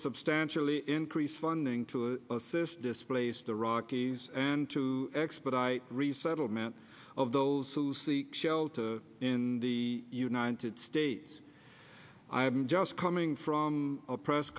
substantially increased funding to assist displaced the rockies and to expedite resettlement of those who seek shelter in the united states i'm just coming from a press